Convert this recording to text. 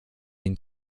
ihn